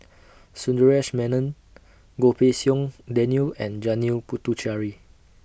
Sundaresh Menon Goh Pei Siong Daniel and Janil Puthucheary